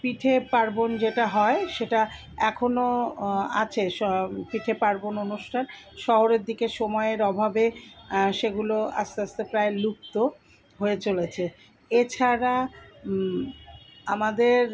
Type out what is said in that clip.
পিঠে পার্বণ যেটা হয় সেটা এখনও আছে সব পিঠে পার্বণ অনুষ্ঠান শহরের দিকে সময়ের অভাবে সেগুলো আস্তে আস্তে প্রায় লুপ্ত হয়ে চলেছে এছাড়া আমাদের